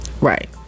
right